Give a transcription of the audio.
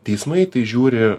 teismai į tai žiūri